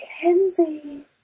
Kenzie